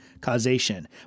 causation